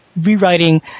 rewriting